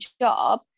job